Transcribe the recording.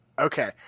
okay